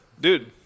Dude